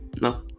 No